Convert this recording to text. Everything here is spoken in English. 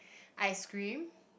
ice-cream